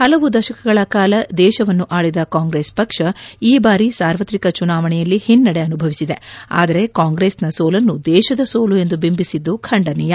ಹಲವು ದಶಕಗಳ ಕಾಲ ದೇಶವನ್ನು ಆಳಿದ ಕಾಂಗ್ರೆಸ್ ಪಕ್ಷ ಈ ಬಾರಿ ಸಾರ್ವತ್ರಿಕ ಚುನಾವಣೆಯಲ್ಲಿ ಹಿನ್ನಡೆ ಅನುಭವಿಸಿದೆ ಆದರೆ ಕಾಂಗ್ರೆಸ್ನ ಸೋಲನ್ನು ದೇಶದ ಸೋಲು ಎಂದು ಬಿಂಬಿಸಿದ್ದು ಖಂಡನೀಯ